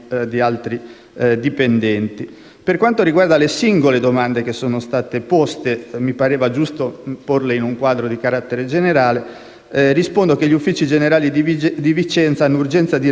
Per quanto riguarda le singole domande che sono state poste e che mi sembrava giusto inserire in un quadro di carattere generale, rispondo che gli uffici generali di Vicenza hanno urgenza di recuperare le risorse umane da destinare